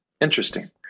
Interesting